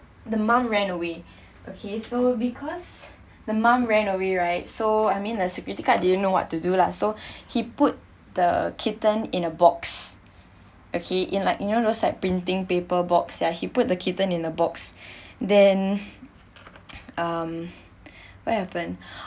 the mom ran away okay so because the mom ran away right so I mean the security guard didn't know what to do lah so he put the kitten in a box okay in like you know those like printing paper box ya he put the kitten in a box then um what happen